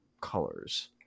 colors